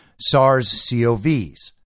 SARS-CoVs